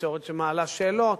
ותקשורת שמעלה שאלות,